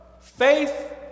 Faith